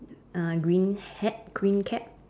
uh green hat green cap